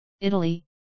Italy